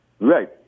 Right